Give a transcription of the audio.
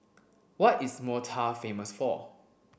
what is Malta famous for